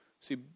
See